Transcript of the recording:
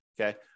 okay